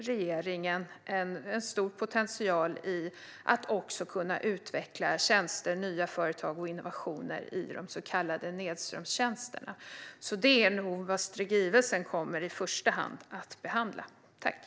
Regeringen ser en stor potential i att utveckla tjänster, nya företag och innovationer i de så kallade nedströmstjänsterna. Detta kommer skrivelsen förmodligen att behandla i första hand.